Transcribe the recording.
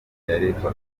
yaregwaga